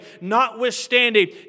Notwithstanding